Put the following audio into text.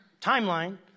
timeline